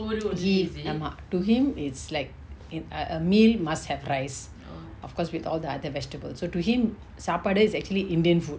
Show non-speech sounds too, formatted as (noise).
(noise) he is ஆமா:aama to him is like in a a meal must have rice of course with all the other vegetables so to him saapadu is actually indian food